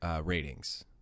ratings